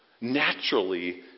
naturally